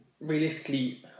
realistically